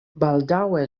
baldaŭe